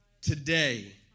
today